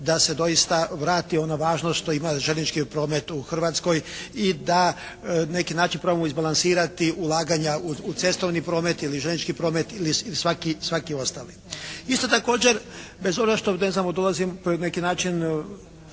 da se doista vrati ono važno što ima željeznički promet u Hrvatskoj i da na neki način probamo izbalansirati ulaganja u cestovni promet ili željeznički promet ili svaki ostali. Isto također, bez obzira što ne znam dolazim na neki način